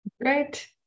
Great